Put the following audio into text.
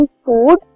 food